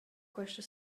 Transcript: questa